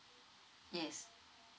yes